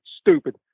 stupid